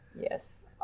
yes